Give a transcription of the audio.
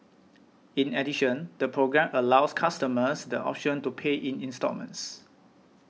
in addition the programme allows customers the option to pay in instalments